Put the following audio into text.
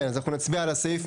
אנחנו נצביע על הסעיף.